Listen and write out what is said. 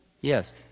Yes